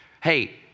Hey